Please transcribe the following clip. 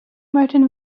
martin